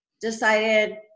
decided